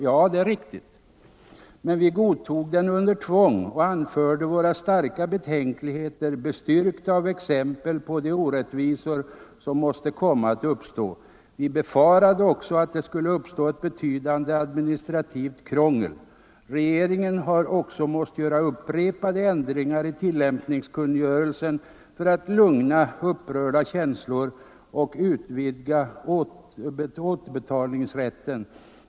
Ja, det är riktigt. Men vi godtog den under tvång och anförde våra starka betänkligheter, styrkta av exempel på de orättvisor som måste komma att uppstå. Vi befarade också att det skulle uppstå ett betydande administrativt krångel. Regeringen har också måst göra upprepade ändringar i tillämpningskungörelsen för att lugna upprörda känslor och utvidga återbetalningsrätten.